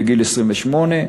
בגיל 28,